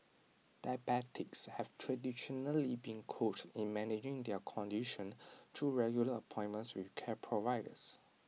diabetics have traditionally been coached in managing their condition through regular appointments with care providers